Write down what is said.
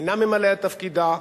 אינה ממלאה את תפקידה,